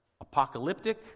apocalyptic